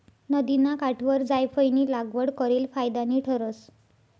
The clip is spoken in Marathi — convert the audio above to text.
नदिना काठवर जायफयनी लागवड करेल फायदानी ठरस